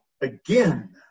again